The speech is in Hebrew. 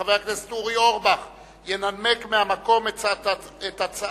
חבר הכנסת אורי אורבך ינמק מהמקום את הצעת